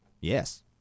Yes